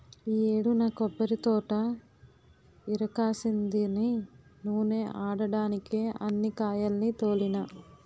ఈ యేడు నా కొబ్బరితోట ఇరక్కాసిందని నూనే ఆడడ్డానికే అన్ని కాయాల్ని తోలినా